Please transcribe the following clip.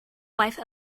wife